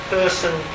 Person